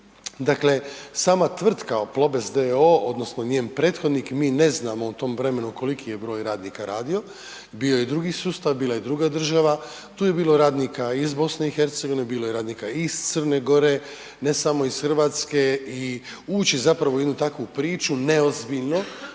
Dakle, sama tvrtka Plobest d.o.o. odnosno njen prethodnik, mi ne znamo u tom vremenu koliki je broj radnika radio, bio je drugi sustav, bila je druga država, tu je bilo radnika iz BiH, bilo je radnika i iz Crne Gore, ne samo iz RH i ući zapravo u jednu takvu priču neozbiljno